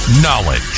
Knowledge